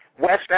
West